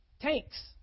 tanks